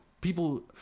people